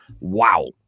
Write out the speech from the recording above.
Wow